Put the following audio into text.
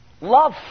Love